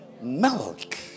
milk